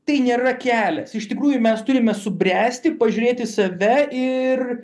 tai nėra kelias iš tikrųjų mes turime subręsti pažiūrėti į save ir